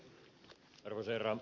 hyvät edustajat